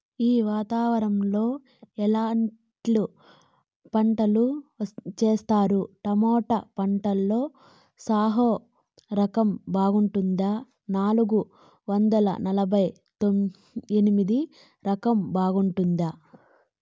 ఈ వాతావరణం లో ఎట్లాంటి పంటలు చేస్తారు? టొమాటో పంటలో సాహో రకం బాగుంటుందా నాలుగు వందల నలభై ఎనిమిది రకం బాగుంటుందా?